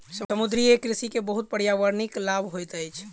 समुद्रीय कृषि के बहुत पर्यावरणिक लाभ होइत अछि